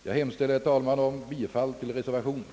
Jag hemställer om bifall till reservationen.